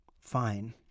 fine